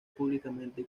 públicamente